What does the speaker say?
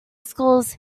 schools